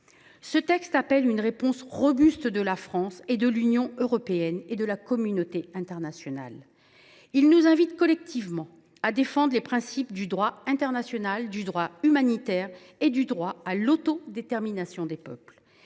Ce texte vise à réclamer une réponse robuste de la France, de l’Union européenne et de la communauté internationale. Il nous invite collectivement à défendre les principes du droit international, du droit humanitaire et du droit à l’autodétermination des peuples.